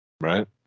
Right